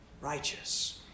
righteous